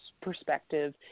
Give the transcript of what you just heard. perspective